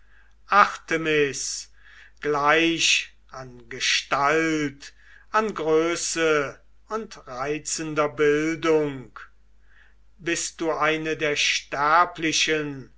artemis gleich an gestalt an größe und reizender bildung bist du eine der sterblichen